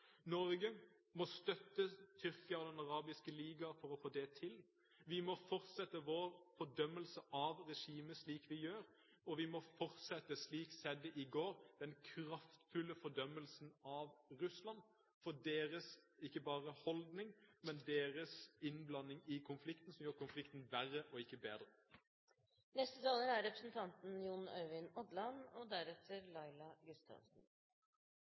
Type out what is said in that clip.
Norge må støtte Tyrkia og Den arabiske liga for å få det til. Vi må fortsette vår fordømmelse av regimet slik vi gjør, og vi må fortsette den kraftfulle fordømmelsen av Russland, ikke bare for deres holdning, men for deres innblanding i konflikten, som gjør konflikten verre og ikke bedre. Bosted i nord, verden som arbeidsplass, solide røtter i Senterpartiet – det er